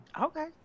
Okay